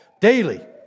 daily